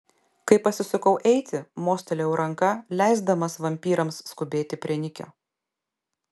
kai pasisukau eiti mostelėjau ranka leisdamas vampyrams skubėti prie nikio